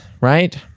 right